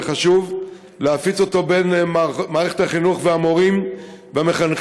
וחשוב להפיץ אותו במערכת החינוך ובקרב המורים והמחנכים,